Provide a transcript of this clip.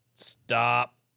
Stop